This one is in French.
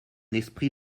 esprit